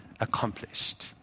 accomplished